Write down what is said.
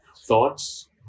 thoughts